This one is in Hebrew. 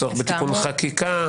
הצורך בתיקון חקיקה,